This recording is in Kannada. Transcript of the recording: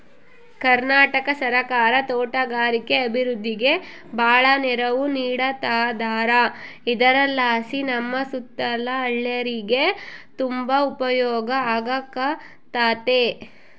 ಕರ್ನಾಟಕ ಸರ್ಕಾರ ತೋಟಗಾರಿಕೆ ಅಭಿವೃದ್ಧಿಗೆ ಬಾಳ ನೆರವು ನೀಡತದಾರ ಇದರಲಾಸಿ ನಮ್ಮ ಸುತ್ತಲ ಹಳ್ಳೇರಿಗೆ ತುಂಬಾ ಉಪಯೋಗ ಆಗಕತ್ತತೆ